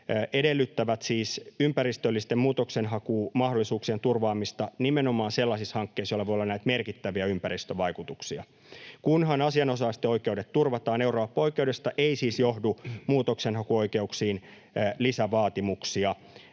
edellyttävät siis ympäristöllisten muutoksenhakumahdollisuuksien turvaamista nimenomaan sellaisissa hankkeissa, joilla voi olla näitä merkittäviä ympäristövaikutuksia. Kunhan asianosaisten oikeudet turvataan, eurooppaoikeudesta ei siis johdu muutoksenhakuoikeuksiin lisävaatimuksia,